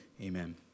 Amen